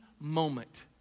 moment